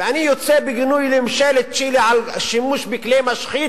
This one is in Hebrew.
ואני יוצא בגינוי לממשלת צ'ילה על השימוש בכלי משחית